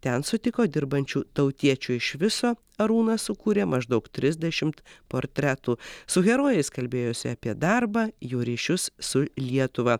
ten sutiko dirbančių tautiečių iš viso arūnas sukūrė maždaug trisdešimt portretų su herojais kalbėjosi apie darbą jų ryšius su lietuva